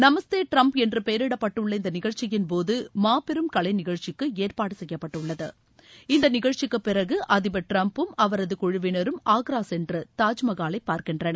நமஸ்தே Trump என்று பெயரிடப்பட்டுள்ள இந்த நிகழ்ச்சியின்போது மாபெரும் கலை நிகழ்ச்சிக்குஏற்பாடு செய்யப்பட்டுள்ளது இந்த நிகழ்ச்சிக்கு பிறகு அதிபர் டிரம்ப்பும் அவரது குழுவினரும் ஆன்ரா சென்று தாஜ்மஹாலை பார்க்கின்றனர்